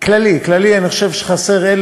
בכללי אני חושב שחסרים,